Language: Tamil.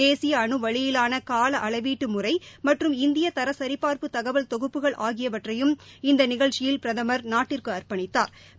தேசிய அனு வழியிலான கால அளவீட்டு முறை மற்றும் இந்திய தர சிபார்ப்பு தகவல் தொகுப்புகள் ஆகியவற்றையும் இந்த நிகழ்ச்சியில் பிரதமா் நாட்டிற்கு அர்ப்பணித்தாா்